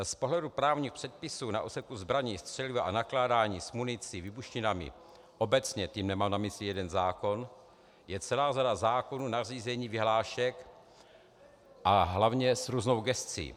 Z pohledu právních předpisů na úseku zbraní, střeliva a nakládání s municí, výbušninami obecně, tím nemám na mysli jeden zákon, je celá řada zákonů, nařízení, vyhlášek a hlavně s různou gescí.